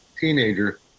teenager